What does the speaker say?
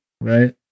Right